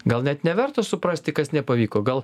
gal net neverta suprasti kas nepavyko gal